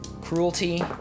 cruelty